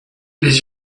les